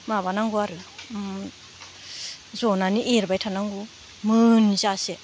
माबानांगौ आरो जनानै एरबाय थानांगौ मोनजासे